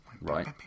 right